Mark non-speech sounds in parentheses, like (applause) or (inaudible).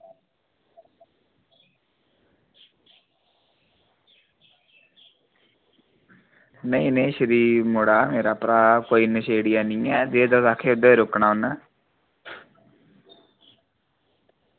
नेईं नेईं शरीफ मुड़ा मेरा भ्राऽ कोई नशेड़ी हैनी ऐ (unintelligible) रुकना उन्नै